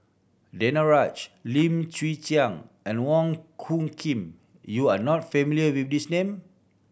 Danaraj Lim Chwee Chian and Wong Hung Khim you are not familiar with these name